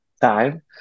time